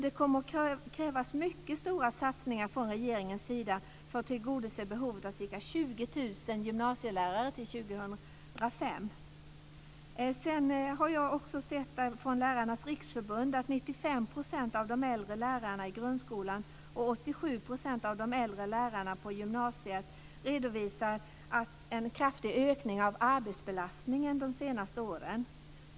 Det kommer att krävas mycket stora satsningar från regeringens sida för att tillgodose behovet att ca 20 000 gymnasielärare till Lärarnas Riksförbund uppger att 95 % av de äldre lärarna i grundskolan och 87 % av de äldre lärarna på gymnasiet redovisar en kraftig ökning av arbetsbelastningen de senaste åren.